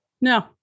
No